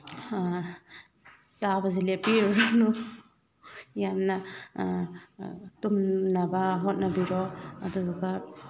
ꯆꯥꯕꯁꯤ ꯂꯦꯞꯄꯤꯔꯨꯔꯅꯨ ꯌꯥꯝꯅ ꯇꯨꯝꯅꯕ ꯍꯣꯠꯅꯕꯤꯔꯣ ꯑꯗꯨꯗꯨꯒ